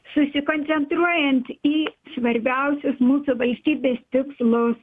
susikoncentruojant į svarbiausius mūsų valstybės tikslus